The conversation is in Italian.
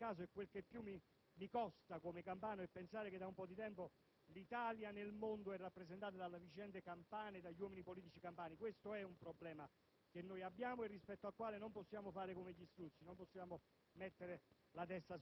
quasi a dire che certe cose non capitano per caso. Quel che più mi costa, come campano, è pensare che da un po' di tempo l'Italia nel mondo è rappresentata dalle vicende campane, dagli uomini politici campani. Questo è un problema